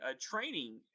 training